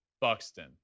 Buxton